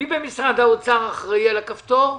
מי במשרד האוצר אחראי על הכפתור?